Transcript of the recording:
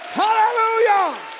hallelujah